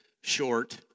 Short